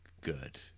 good